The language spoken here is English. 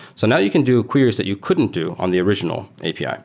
so now you can do queries that you couldn't do on the original api. ah